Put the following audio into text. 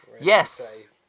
Yes